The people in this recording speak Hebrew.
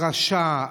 הרשע,